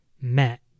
met